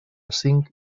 cinc